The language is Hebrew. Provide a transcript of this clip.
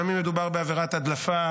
גם אם מדובר בעבירת הדלפה,